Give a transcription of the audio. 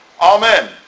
Amen